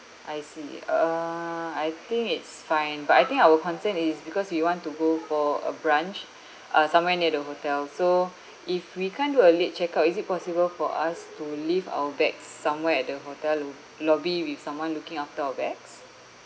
I see uh uh I think it's fine but I think our concern is because we want to go for a brunch uh somewhere near the hotel so if we can't do a late check out is it possible for us to leave our bags somewhere at the hotel lo~ lobby with someone looking after our bags